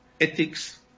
ethics